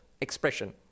expression